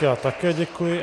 Já také děkuji.